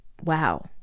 wow